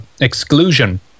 exclusion